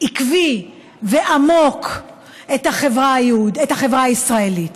עקבי ועמוק את החברה הישראלית.